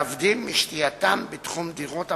להבדיל משתייתם בתחום דירות המגורים,